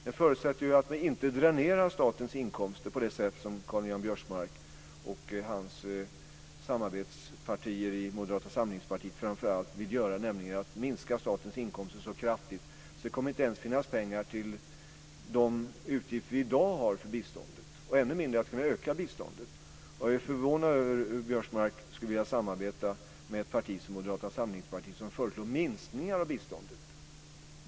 Det förutsätter att vi inte dränerar statens inkomster på det sätt som Karl-Göran Biörsmark och hans samarbetspartier, framför allt Moderata samlingspartiet, vill göra, nämligen genom att minska statens inkomster så kraftigt att det inte ens kommer att finnas pengar till de utgifter vi i dag har för biståndet och än mindre för att kunna öka biståndet. Jag är förvånad över att Biörsmark skulle vilja samarbeta med ett parti som Moderata samlingspartiet, som föreslår minskningar av biståndet.